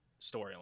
storyline